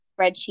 spreadsheet